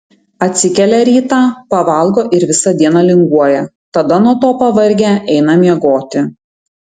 atsikelia rytą pavalgo ir visą dieną linguoja tada nuo to pavargę eina miegoti